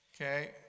okay